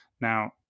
Now